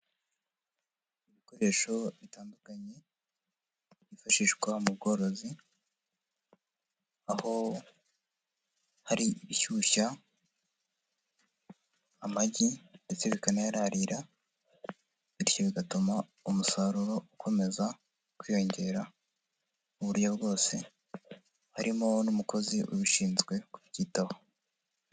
Ibikoresho bitandukanye byifashishwa mu bworozi, aho hari ibishyushya amagi ndetse bikanayararira bityo bigatuma umusaruro ukomeza kwiyongera mu buryo bwose. Harimo n'umukozi ubishinzwe kubyitaho.